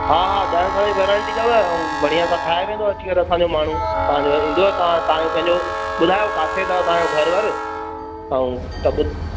हा हा ॾहनि सालनि जी वैरंटी अथव ऐं बढ़िया सां ठाहे वेंदो अची करे असांजो माण्हू तव्हांजो ईंदव ता तव्हांजो पंहिंजो ॿुधायो किथे अथव तव्हांजो घर वर ऐं त ॿु